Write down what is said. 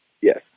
Yes